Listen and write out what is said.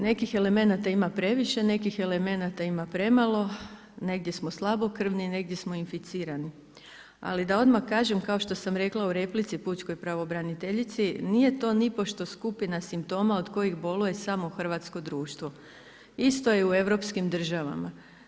Nekih elemenata ima previše, nekih elemenata ima premalo, negdje smo slabokrvni, negdje smo inficirani ali da odmah kažem kao što sam rekla u replici pučkoj pravobraniteljici, nije to nipošto skupina simptoma od koje boluje hrvatsko društvo, isto je i u europskim državama.